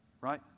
Right